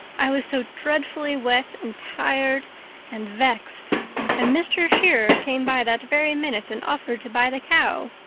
i was so dreadfully wet and tired and vexed and mr. shearer came by that very minute and offered to buy the cow.